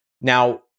Now